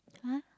!huh!